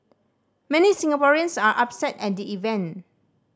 many Singaporeans are upset at the event